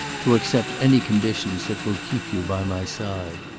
to accept any conditions that will keep you by my side.